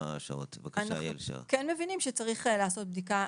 אני כן אגיד שאנחנו עכשיו יוצאים במחקר.